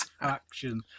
action